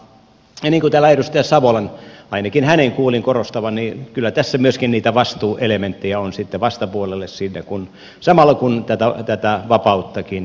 ja niin kuin täällä edustaja savolan ainakin hänen kuulin korostavan kyllä tässä myöskin niitä vastuuelementtejä on sitten vastapuolelle samalla kun tätä vapauttakin lisätään